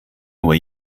nur